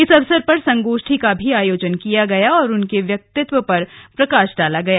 इस अवसर पर संगोष्ठी का भी आयोजन किया गया और उनके व्यक्तित्व पर रोशनी डाली गई